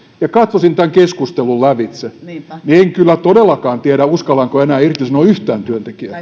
ja katsoisin tämän keskustelun lävitse niin en kyllä todellakaan tietäisi uskallanko enää irtisanoa yhtään työntekijää